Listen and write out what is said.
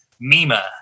Mima